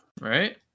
right